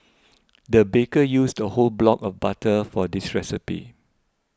the baker used a whole block of butter for this recipe